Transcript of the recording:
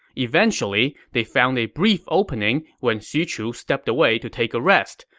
eventually, they found a brief opening when xu chu stepped away to take a rest.